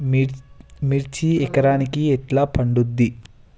మిర్చి ఎకరానికి ఎట్లా పండుద్ధి?